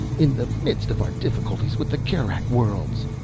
in the midst of our difficulties with the kerak worlds.